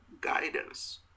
guidance